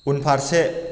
उनफारसे